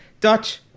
Dutch